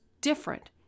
different